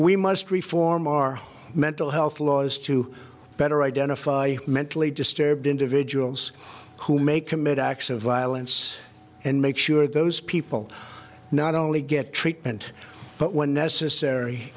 we must reform our mental health laws to better identify mentally disturbed individuals who may commit acts of violence and make sure those people not only get treatment but when necessary